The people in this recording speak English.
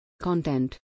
Content